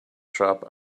shop